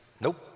nope